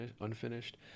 unfinished